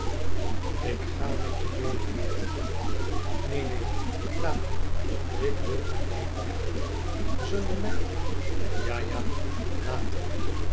ik ga met je meê vera neen neen laat me ik wil alleen weg zonder mij ja ja laat me